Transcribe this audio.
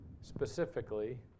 specifically